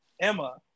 Emma